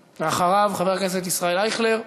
ואחריו, חבר הכנסת ישראל אייכלר.